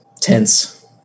tense